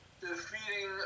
defeating